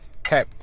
Okay